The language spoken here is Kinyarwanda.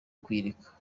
kuyireka